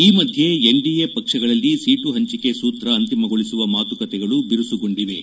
ಈ ಮಧ್ಯೆ ಎನ್ಡಿಎ ಪಕ್ಷಗಳಲ್ಲಿ ಸೀಟು ಪಂಚಿಕೆ ಸೂತ್ರ ಅಂತಿಮಗೊಳಿಸುವ ಮಾತುಕತೆಗಳು ಬಿರುಸುಗೊಂಡಿವೆ